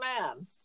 man